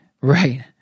right